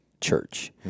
church